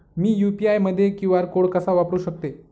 मी UPI मध्ये QR code कसा वापरु शकते?